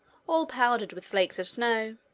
all powdered with flakes of snow.